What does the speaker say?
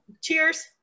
cheers